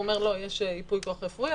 והוא אומר: יש ייפוי כוח רפואי,